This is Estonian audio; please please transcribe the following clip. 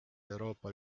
euroopa